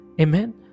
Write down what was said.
amen